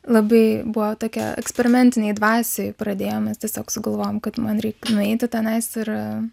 labai buvo tokia eksperimentinėj dvasioj pradėjom mes tiesiog sugalvojom kad man reik nueiti tenais ir